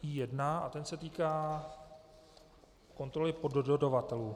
Ten se týká kontroly poddodavatelů.